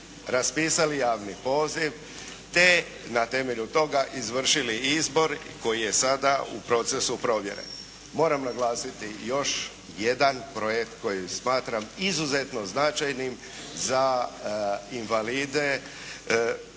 raspisali javni poziv te na temelju toga izvršili izbor koji je sada u procesu provjere. Moram naglasiti još jedan projekt koji smatram izuzetno značajnim za invalide,